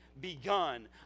begun